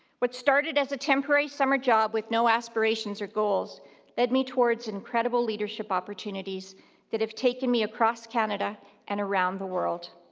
what started as a temporary summer job with no aspirations or goals led me towards incredible leadership opportunities that have taken me across canada and around the world.